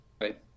Right